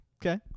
Okay